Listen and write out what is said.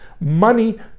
money